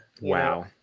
Wow